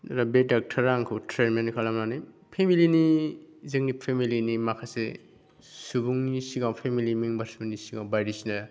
बे ड'क्टरा आंखौ ट्रिटमेन्ट खालामनानै फेमिलिनि जोंनि फेमिलिनि माखासे सुबुंनि सिगाङाव फेमिलि मेम्बारसफोरनि सिगाङाव बायदिसिना